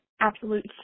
absolute